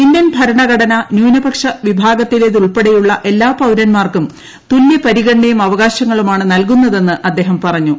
Indian ഭരണഘടന ന്യൂനപക്ഷ വിഭാഗത്തിലേതുൾപ്പെടെയുള്ള എല്ലാ പൌരന്മാർക്കും തുലൃ പരിഗണനയും അവകാശങ്ങളുമാണ് നൽകുന്നതെന്ന് അദ്ദേഹം പറഞ്ഞു